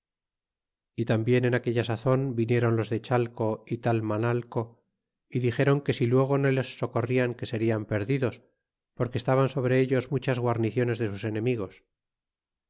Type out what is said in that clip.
y tambien en aquella sazon vinieron los de chale y talmanalco y dixéron que si luego no les socorrian que serian perdidos porque estaban sobre ellos muchas guarniciones de sus enemigos